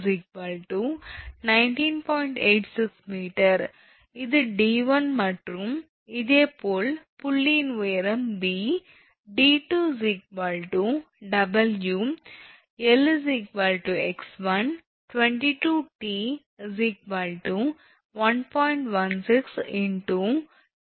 86 𝑚 இது 𝑑1 மற்றும் இதேபோல் புள்ளியின் உயரம் 𝐵 𝑑2 𝑊 𝐿 𝑥1 22𝑇 1